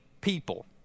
people